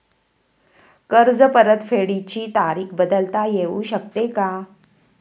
कर्ज परतफेडीची तारीख बदलता येऊ शकते का?